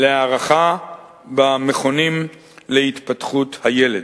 בהערכה במכונים להתפתחות הילד.